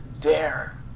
Dare